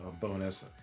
bonus